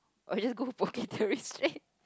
or we just go Poke Theory straight